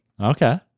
Okay